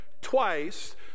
twice